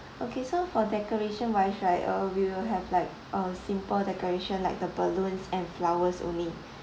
okay so for decoration wise like we will have like uh simple decoration like the balloons and flowers only